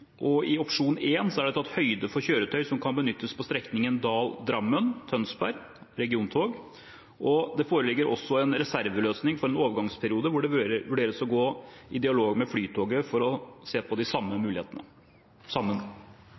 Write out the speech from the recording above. og i opsjon 1 er det tatt høyde for kjøretøy som kan benyttes på strekningen Dal–Drammen–Tønsberg – regiontog – og det foreligger også en reserveløsning for en overgangsperiode hvor det vurderes å gå i dialog med Flytoget for sammen å se på de mulighetene.